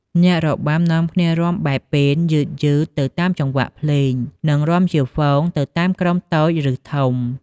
អ្នករបាំនាំគ្នារាំបែបពេន យឺតៗទៅតាមចង្វាក់ភ្លេង និងរាំជាហ្វូងទៅតាមក្រុមតូច ឬធំ ។